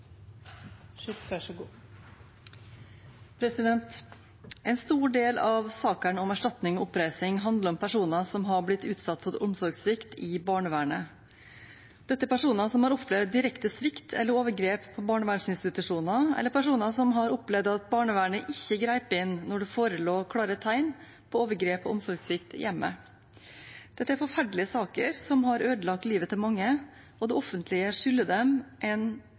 en så viktig prinsippsak. Jeg tar opp SVs forslag i innstillingen. Representanten Karin Andersen har tatt opp det forslaget hun refererte til. En stor del av sakene om erstatning og oppreisning handler om personer som har blitt utsatt for omsorgssvikt i barnevernet. Dette er personer som har opplevd direkte svikt eller overgrep på barnevernsinstitusjoner, eller personer som har opplevd at barnevernet ikke grep inn når det forelå klare tegn på overgrep og omsorgssvikt i hjemmet. Dette er forferdelige saker som har